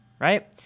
right